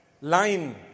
line